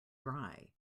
dry